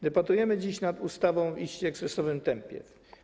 Debatujemy dziś nad ustawą w iście ekspresowym tempie.